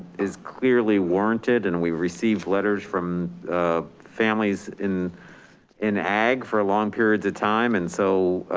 is clearly warranted and we received letters from families in in ag for long periods of time. and so